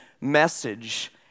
message